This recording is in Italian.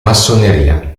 massoneria